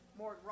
more